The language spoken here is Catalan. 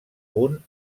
punt